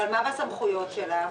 אבל מה בסמכויות שלה?